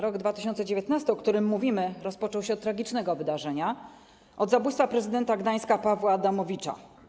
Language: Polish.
Rok 2019, o którym mówimy, rozpoczął się od tragicznego wydarzenia, od zabójstwa prezydenta Gdańska Pawła Adamowicza.